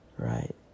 right